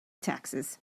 taxes